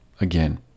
again